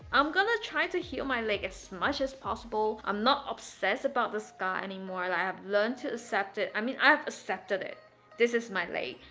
i'm going to try to heal my leg as much as possible i'm not obsessed about the scar anymore and i have learned to accept it, i mean, i have accepted it this is my leg.